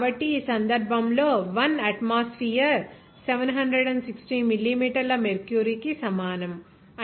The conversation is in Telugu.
కాబట్టి ఈ సందర్భంలో 1 అట్మాస్ఫియర్ 760 మిల్లీమీటర్ల మెర్క్యూరీ కి సమానం